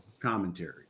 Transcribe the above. commentary